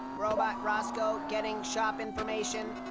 robot roscoe getting shop information.